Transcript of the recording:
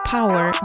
Power